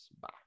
bye